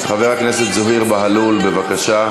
חבר הכנסת זוהיר בהלול, בבקשה.